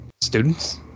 students